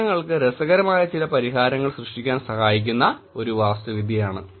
പ്രശ്നങ്ങൾക്ക് രസകരമായ ചില പരിഹാരങ്ങൾ സൃഷ്ടിക്കാൻ സഹായിക്കുന്ന ഒരു വാസ്തുവിദ്യയാണ് ഇത്